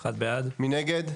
הצבעה בעד, 1 נגד,